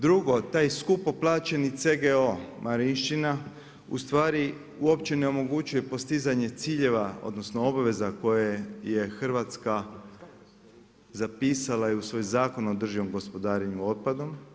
Drugo, taj skupo plaćeni CGO Marinščina ustvari uopće ne omogućuje postizanje ciljeva odnosno obaveza koje je Hrvatska zapisala i u svojem Zakon o održivom gospodarenju otpadom.